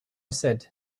said